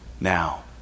now